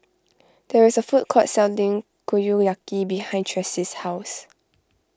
there is a food court selling Kushiyaki behind Traci's house